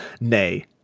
nay